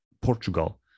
Portugal